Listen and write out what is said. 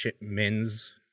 men's